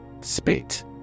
Spit